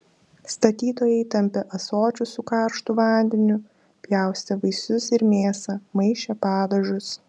statytojai tampė ąsočius su karštu vandeniu pjaustė vaisius ir mėsą maišė padažus